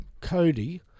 Cody